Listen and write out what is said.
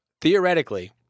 Theoretically